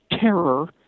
terror